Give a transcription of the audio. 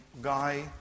guy